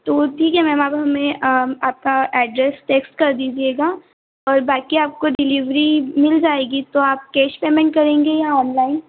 तो ठीक है मैम आप हमें आपका एड्रेस टेक्स्ट कर दीजिएगा और बाकी आपको डिलीवरी मिल जाएगी तो आप कैश पेमेंट करेंगी या ऑनलाइन